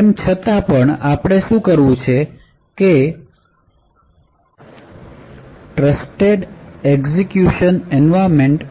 તેમ છતાં પણ આપણે શું કરવું છે કે ટ્રસ્ટેડ એક્ઝીક્યૂશન એન્વાયરમેન્ટ એ